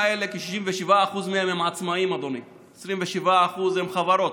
כ-67% מהאנשים האלה עצמאים, אדוני, 27% הם חברות.